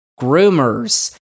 groomers